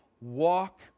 walk